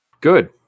good